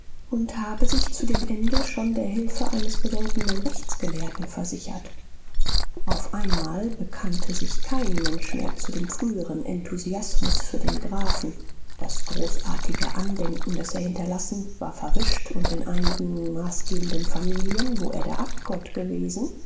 und habe sich zu dem ende schon der hilfe eines bedeutenden rechtsgelehrten versichert auf einmal bekannte sich kein mensch mehr zu dem früheren enthusiasmus für den grafen das großartige andenken das er hinterlassen war verwischt und in einigen maßgebenden familien wo er der abgott gewesen